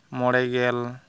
ᱢᱚᱬᱮ ᱜᱮᱞ